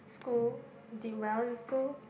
school did well in school